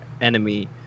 enemy